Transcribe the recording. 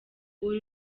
uru